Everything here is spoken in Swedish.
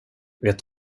vet